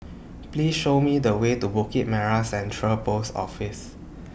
Please Show Me The Way to Bukit Merah Central Post Office